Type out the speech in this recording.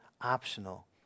optional